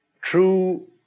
true